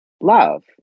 love